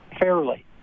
fairly